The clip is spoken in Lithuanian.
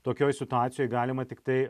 tokioj situacijoj galima tiktai